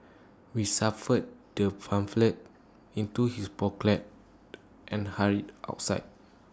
we suffer the pamphlet into his pocket and hurried outside